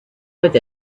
with